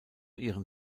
ihren